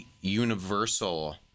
universal